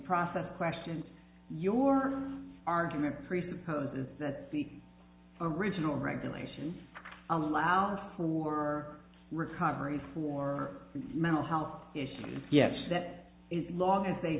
process question your argument presupposes that the original regulation allows for recovery for mental health issues yes that is long as they